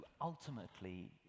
ultimately